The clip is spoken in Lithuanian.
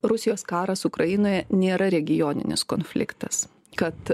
rusijos karas ukrainoje nėra regioninis konfliktas kad